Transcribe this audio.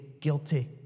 guilty